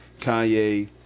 Kanye